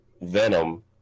Venom